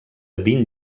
vint